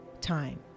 time